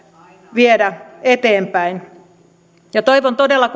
viedä eteenpäin toivon todella